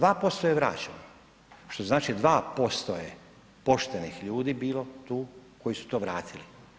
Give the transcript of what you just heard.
2% je vraćeno, što znači 2% je poštenih ljudi bilo tu koji su to vratili.